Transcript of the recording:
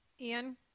Ian